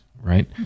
right